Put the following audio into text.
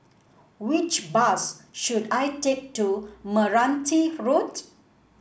which bus should I take to Meranti Road